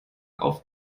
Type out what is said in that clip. auf